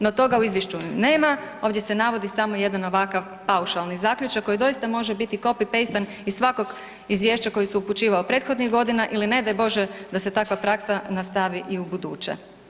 No toga u izvješću nema, ovdje se navodi samo jedan ovakav paušalni zaključak koji doista može biti copy paste iz svakog izvješća koje se upućivao prethodnih godina ili ne daj Bože da se takva praksa nastavi i ubuduće.